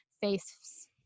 face